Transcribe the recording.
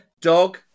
dog